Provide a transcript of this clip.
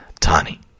Tani